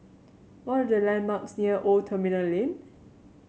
what are the landmarks near Old Terminal Lane